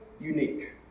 unique